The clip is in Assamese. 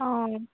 অঁ